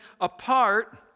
apart